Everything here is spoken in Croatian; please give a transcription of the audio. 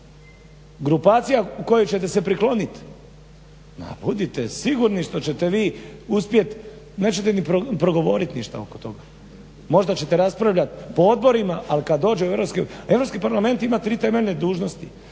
grupacija kojoj ćete se prikloniti, ma budit sigurni što ćete vi uspjet, nećete ni progovorit ništa oko toga. Možda ćete raspravljat po odborima, ali kad dođe u Europski parlament. Europski parlament ima 3 temeljne dužnosti.